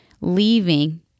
leaving